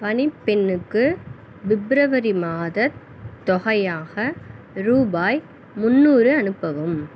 பணி பெண்ணுக்கு பிப்ரவரி மாத தொகையாக ரூபாய் முன்னூறு அனுப்பவும்